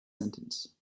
sentence